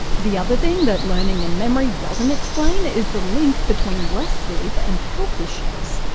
the other thing that learning and memory doesn't explain is the link between less sleep and health issues.